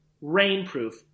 rainproof